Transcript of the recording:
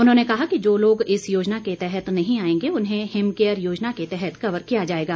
उन्होंने कहा कि जो लोग इस योजना के तहत नहीं आएंगे उन्हें हिम केयर योजना के तहत कवर किया जाएगा